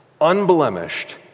unblemished